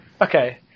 Okay